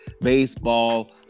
Baseball